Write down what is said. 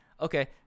okay